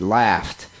laughed